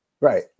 Right